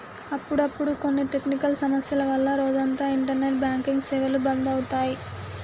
అప్పుడప్పుడు కొన్ని టెక్నికల్ సమస్యల వల్ల రోజంతా ఇంటర్నెట్ బ్యాంకింగ్ సేవలు బంధు అవుతాయి